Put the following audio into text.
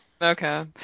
Okay